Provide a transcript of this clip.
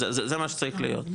זה מה שצריך להיות.